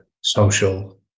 social